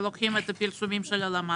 שלוקחים את הפרסומים של הלמ"ס.